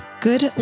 Good